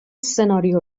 سناریو